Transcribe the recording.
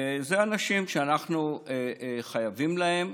אלה האנשים שאנחנו חייבים להם,